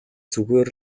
зүгээр